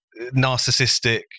narcissistic